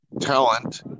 talent